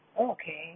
Okay